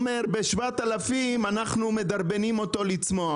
שב-7,000 אנחנו מדרבנים אותו לצמוח.